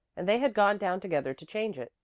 and they had gone down together to change it.